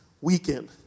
weekend